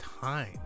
time